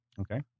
Okay